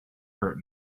hurt